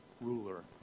ruler